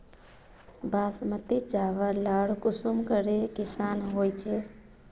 बासमती चावल लार कुंसम करे किसम होचए?